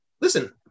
listen